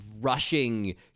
rushing